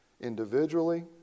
individually